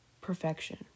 perfection